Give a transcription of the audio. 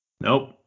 Nope